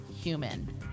human